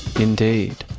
indeed.